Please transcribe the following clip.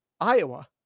Iowa